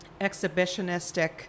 exhibitionistic